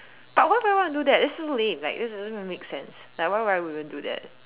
but why would I want to do that that's so lame like that doesn't even make sense like why I even do that